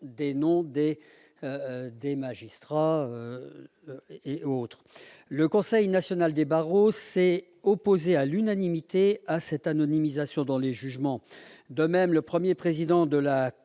des noms des magistrats qui les ont rendus. Le Conseil national des barreaux s'est opposé à l'unanimité à cette anonymisation. De même, le Premier président de la